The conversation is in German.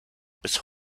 bis